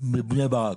מבני ברק,